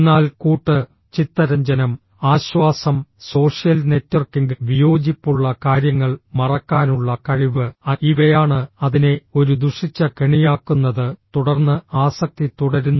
എന്നാൽ കൂട്ട് ചിത്തരഞ്ജനം ആശ്വാസം സോഷ്യൽ നെറ്റ്വർക്കിംഗ് വിയോജിപ്പുള്ള കാര്യങ്ങൾ മറക്കാനുള്ള കഴിവ് അ ഇവയാണ് അതിനെ ഒരു ദുഷിച്ച കെണിയാക്കുന്നത് തുടർന്ന് ആസക്തി തുടരുന്നു